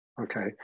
Okay